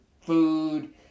food